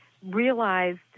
realized